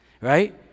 right